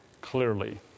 clearly